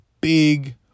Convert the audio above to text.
big